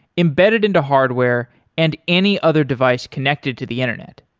embedded into hardware and any other device connected to the internet.